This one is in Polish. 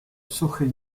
suchej